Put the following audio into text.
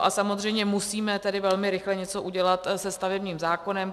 A samozřejmě musíme velmi rychle něco udělat se stavebním zákonem.